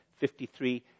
53